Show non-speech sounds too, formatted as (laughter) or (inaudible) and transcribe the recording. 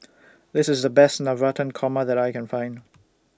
(noise) This IS The Best Navratan Korma that I Can Find